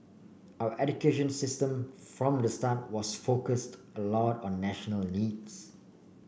our education system from the start was focused a lot on national needs